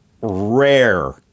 rare